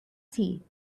tee